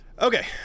Okay